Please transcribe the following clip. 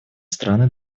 страны